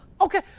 Okay